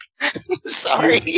Sorry